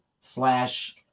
slash